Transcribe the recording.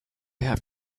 have